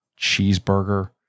cheeseburger